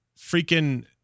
freaking